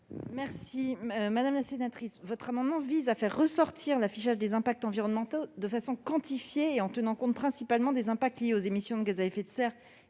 ? Madame la sénatrice, votre amendement vise à ce que l'affichage fasse ressortir les impacts environnementaux de façon quantifiée et en tenant compte « principalement » des impacts liés aux émissions de gaz à effet de serre